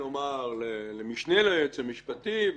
כלומר למשנה ליועץ המשפטי,